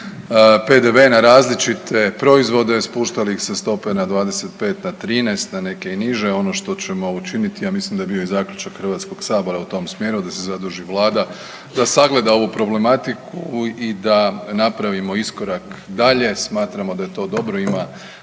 PDV na različite proizvode, spuštali ih sa stope na 25 na 13, na neke i niže. Ono što ćemo učiniti, ja mislim da je bio i zaključak HS u tom smjeru da se zaduži vlada da sagleda ovu problematiku i da napravimo iskorak dalje. Smatramo da je to dobro, ima